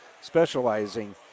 specializing